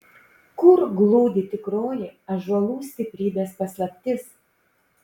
kur glūdi tikroji ąžuolų stiprybės paslaptis